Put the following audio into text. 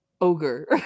Ogre